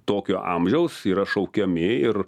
tokio amžiaus yra šaukiami ir